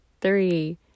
three